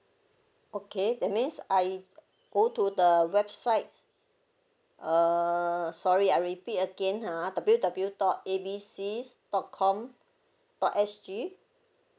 okay that means I go to the website err sorry I repeat again ha W W W dot A B C dot com dot S_G